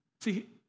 See